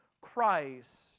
Christ